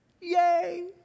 Yay